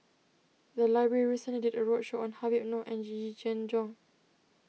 the library recently did a roadshow on Habib Noh and Yee Yee Jenn Jong